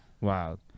wow